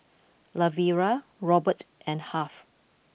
Lavera Robert and Harve